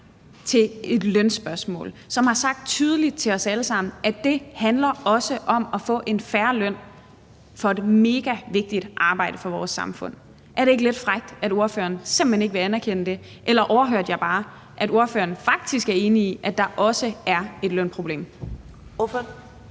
til et lønspørgsmål og har sagt tydeligt til os alle sammen, at det handler også om at få en fair løn for et megavigtigt arbejde for vores samfund – simpelt hen ikke vil anerkende det? Eller overhørte jeg bare, at ordføreren faktisk er enig i, at der også er lønproblem? Kl.